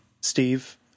Steve